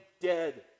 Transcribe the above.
dead